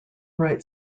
write